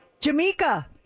Jamaica